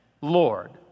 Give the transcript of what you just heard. Lord